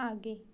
आगे